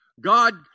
God